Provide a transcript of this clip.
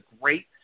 great